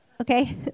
Okay